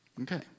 Okay